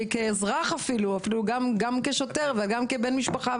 גם כאזרח וכבן משפחה,